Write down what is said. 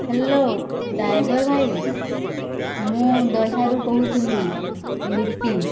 hello driver ଭାଇ ମୁଁ ଦହ୍ୟାରୁ କହୁଥିଲି ଲିପି